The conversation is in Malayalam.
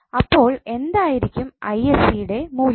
അപ്പോൾ എന്തായിരിക്കും ൻറെ മൂല്യം